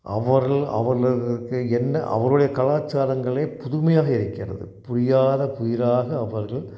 அவர்கள் அவர்களுகளுக்கு என்ன அவருடைய கலாச்சாரங்களே புதுமையாக இருக்கிறது புரியாத புதிராக அவர்கள்